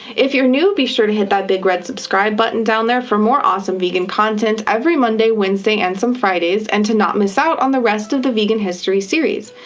if you're new, be sure to hit that big red subscribe button down there for more awesome vegan content every monday, wednesday, and some fridays and to not miss out on the rest of the vegan history series.